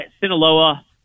Sinaloa